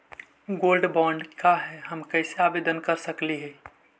Gold bond का है, हम कैसे आवेदन कर सकली ही?